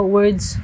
words